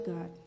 God